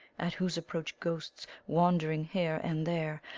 at whose approach ghosts, wand'ring here and there,